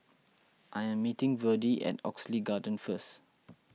I am meeting Verdie at Oxley Garden first